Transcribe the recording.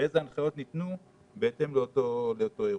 והראיתי איזה הנחיות ניתנו בהתאם לאותו אירוע.